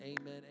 amen